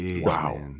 Wow